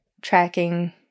tracking